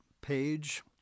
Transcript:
page